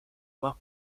más